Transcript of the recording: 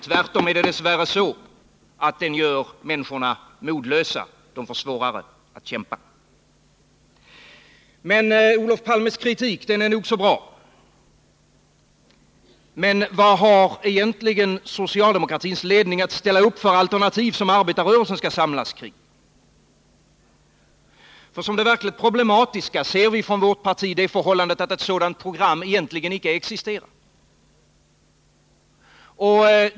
Tvärtom är det dess värre så att den gör människorna modlösa, de får svårare att kämpa. Olof Palmes kritik är nog så bra, men vad har egentligen socialdemokratins ledning att ställa upp som alternativ för arbetarrörelsen att samlas kring? Som det verkligt problematiska ser vi från vårt parti det förhållandet att ett sådant program egentligen inte existerar.